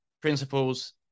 principles